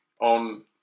on